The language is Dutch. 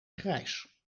grijs